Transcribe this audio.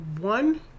one